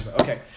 Okay